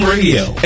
Radio